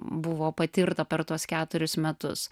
buvo patirta per tuos keturis metus